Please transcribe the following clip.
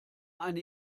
eine